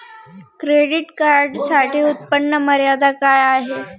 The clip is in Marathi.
क्रेडिट कार्डसाठी उत्त्पन्न मर्यादा काय आहे?